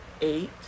eight